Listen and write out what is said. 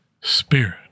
spirit